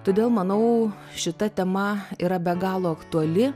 todėl manau šita tema yra be galo aktuali